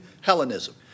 Hellenism